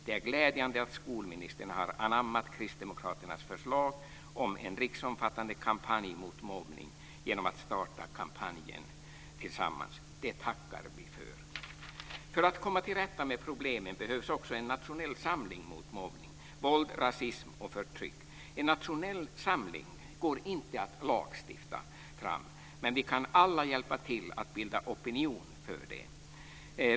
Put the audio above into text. Det är glädjande att skolministern har anammat kristdemokraternas förslag om en riksomfattande kampanj mot mobbning genom att starta kampanjen Tillsammans. Det tackar vi för. För att komma till rätta med problemen behövs också en nationell samling mot mobbning, våld, rasism och förtryck. En nationell samling går inte att lagstifta fram, men vi kan alla hjälpa till att bilda opinion för det.